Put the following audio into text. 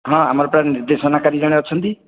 ହଁ ଆମର ପରା ନିର୍ଦେଶନା କାରି ଜଣେ ଅଛନ୍ତି